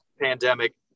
pandemic